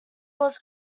was